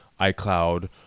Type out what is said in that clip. iCloud